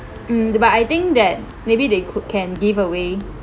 mm but I think that maybe they cou~ can give away